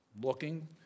looking